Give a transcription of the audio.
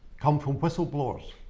come from whistleblowers.